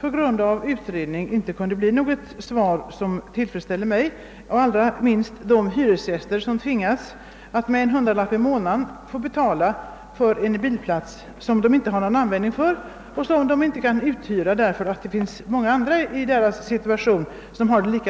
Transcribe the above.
på grund av pågående utredning tyvärr inte kunde bli. något svar som tillfredsställer mig. Ännu mindre tillfredsställda är de hyresgäster som tvingas att med en hundralapp i månaden betala för en bilplats, som de inte har användning för och som de inte kan hyra ut, därför att det finns många andra i samma situation.